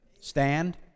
Stand